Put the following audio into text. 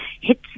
hits